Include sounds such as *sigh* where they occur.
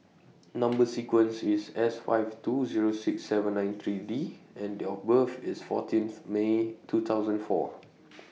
Number *noise* sequence IS S five two Zero six seven nine three D and Date of birth IS fourteenth May two thousand four *noise*